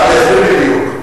אני אסביר בדיוק.